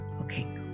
Okay